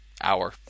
Hour